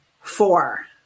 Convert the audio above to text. four